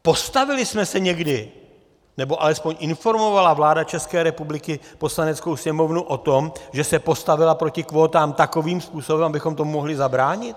Postavili jsme se někdy, nebo alespoň informovala vláda České republiky Poslaneckou sněmovnu o tom, že se postavila proti kvótám takovým způsobem, abychom tomu mohli zabránit?